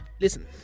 Listen